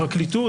הפרקליטות,